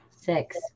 Six